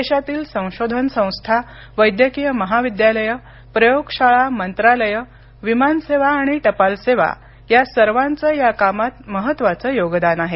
देशातील संशोधन संस्था वैद्यकीय महाविद्यालयं प्रयोगशाळा मंत्रालयं विमानसेवा आणि टपाल सेवा या सर्वांचं या कामात महत्त्वाचं योगदान आहे